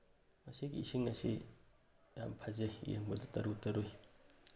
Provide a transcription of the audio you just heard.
ꯑꯁꯤꯒꯤ ꯏꯁꯤꯡ ꯑꯁꯤ ꯌꯥꯝ ꯐꯖꯩ ꯌꯦꯡꯕꯗ ꯇꯔꯨ ꯇꯔꯨꯏ